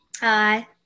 Hi